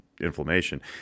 inflammation